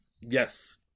Yes